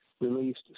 released